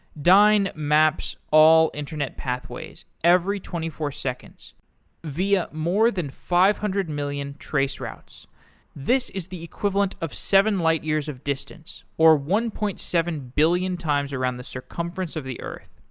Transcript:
dyn maps all internet pathways every twenty four seconds via more than five hundred million traceroutes. this is the equivalent of seven light years of distance, or one point seven billion times around the circumference of the earth.